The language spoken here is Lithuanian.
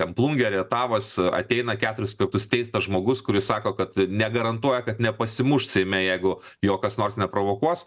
ten plungė rietavas ateina keturis kartus teistas žmogus kuris sako kad negarantuoja kad nepasimuš seime jeigu jo kas nors neprovokuos